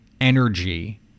energy